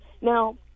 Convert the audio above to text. Now